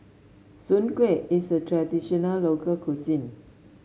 Soon Kway is a traditional local cuisine